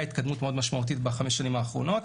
התקדמות מאוד משמעותית ב-5 השנים האחרונות.